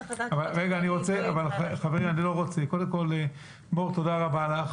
מור, תודה רבה לך